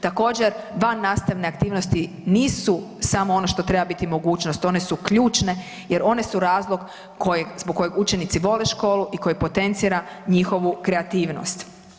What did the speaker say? Također, vannastavne aktivnosti nisu samo ono što treba biti mogućnost, one su ključne jer one su razlog kojeg, zbog kojeg učenici vole školu i koje potencira njihovu kreativnost.